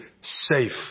safe